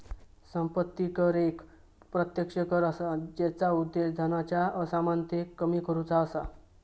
संपत्ती कर एक प्रत्यक्ष कर असा जेचा उद्देश धनाच्या असमानतेक कमी करुचा असा